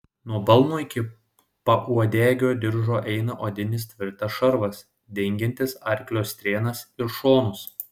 nuo balno iki pauodegio diržo eina odinis tvirtas šarvas dengiantis arklio strėnas ir šonus